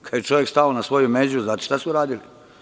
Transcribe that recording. Kažu – čovek stao na svoju među i znate šta su uradili?